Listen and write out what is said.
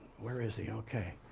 where is he? okay.